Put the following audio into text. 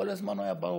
כל הזמן הוא היה ברור,